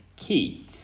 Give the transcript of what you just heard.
key